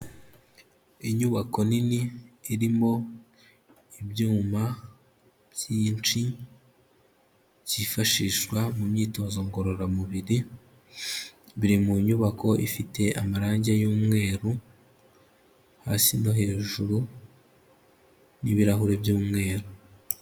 Inyubako nini irimo ibyuma byinshi byifashishwa mu myitozo ngororamubiri, biri mu nyubako ifite amarangi y'umweru hasi no hejuru n'ibirahuri by'umweru.